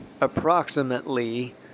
approximately